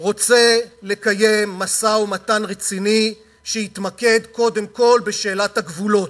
רוצה לקיים משא-ומתן רציני שיתמקד קודם כול בשאלת הגבולות,